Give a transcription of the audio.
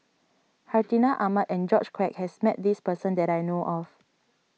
Hartinah Ahmad and George Quek has met this person that I know of